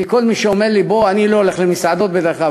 אני לא הולך למסעדות בדרך כלל,